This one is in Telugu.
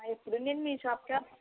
ఎప్పుడు నేను మీ షాప్కే వస్తాను